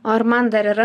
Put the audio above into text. o ar man dar yra